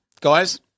guys